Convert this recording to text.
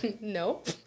Nope